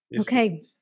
Okay